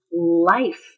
life